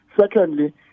secondly